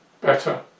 better